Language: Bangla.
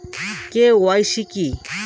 কে.ওয়াই.সি কী?